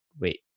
wait